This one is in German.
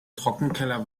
trockenkeller